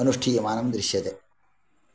अनुष्ठीयमानं दृश्यते